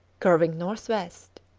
curving north-west.